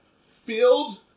Filled